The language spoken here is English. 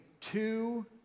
two